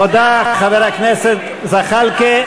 תודה, חבר הכנסת זחאלקה.